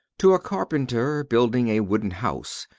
to a carpenter building a wooden house,